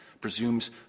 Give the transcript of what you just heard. presumes